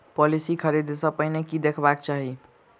Policy खरीदै सँ पहिने की देखबाक चाहि?